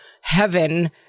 heaven